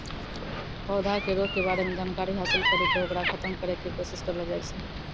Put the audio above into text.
पौधा के रोग के बारे मॅ जानकारी हासिल करी क होकरा खत्म करै के कोशिश करलो जाय छै